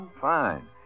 Fine